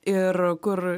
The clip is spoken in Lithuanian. ir kur